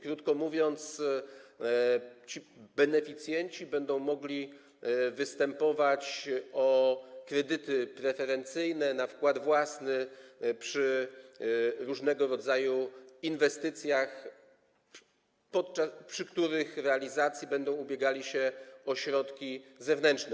Krótko mówiąc, beneficjenci będą mogli występować o kredyty preferencyjne na wkład własny przy różnego rodzaju inwestycjach, przy których realizacji będą ubiegali się o środki zewnętrzne.